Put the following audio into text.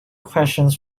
questions